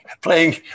playing